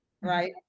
Right